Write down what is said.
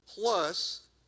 plus